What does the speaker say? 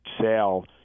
sale